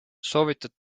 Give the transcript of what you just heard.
soovitud